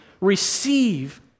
receive